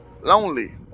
Lonely